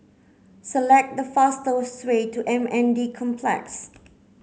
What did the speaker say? select the fastest way to M N D Complex